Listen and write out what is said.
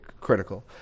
critical